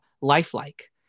lifelike